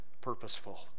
purposeful